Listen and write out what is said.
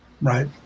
Right